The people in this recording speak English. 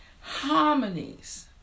Harmonies